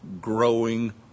growing